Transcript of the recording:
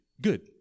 good